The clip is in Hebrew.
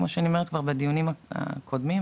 כמו שאמרתי כבר בדיונים הקודמים,